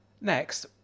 Next